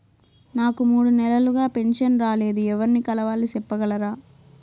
నాకు మూడు నెలలుగా పెన్షన్ రాలేదు ఎవర్ని కలవాలి సెప్పగలరా?